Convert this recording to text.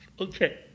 Okay